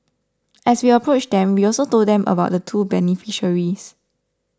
as we approached them we also told them about the two beneficiaries